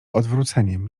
odwróceniem